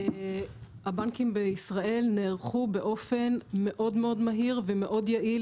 הבנקים בישראל נערכו באופן מאוד-מאוד מהיר ומאוד יעיל,